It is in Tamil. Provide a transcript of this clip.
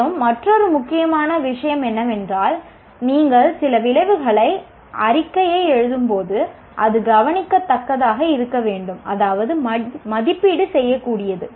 மேலும் மற்றொரு முக்கியமான விஷயம் என்னவென்றால் நீங்கள் சில விளைவு அறிக்கையை எழுதும்போது அது கவனிக்கத்தக்கதாக இருக்க வேண்டும் அதாவது மதிப்பீடு செய்யக்கூடியது